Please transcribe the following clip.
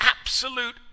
absolute